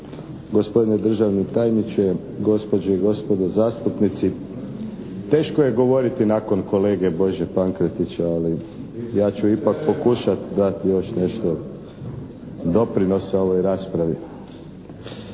gospodine državni tajniče, gospođe i gospodo zastupnici. Teško je govoriti nakon kolege Bože Pankretića, ali ja ću ipak pokušati dati još nešto doprinosa ovoj raspravi.